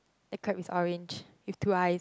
the crab is orange with two eyes